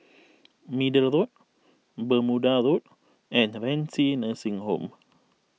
Middle Road Bermuda Road and Renci Nursing Home